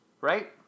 right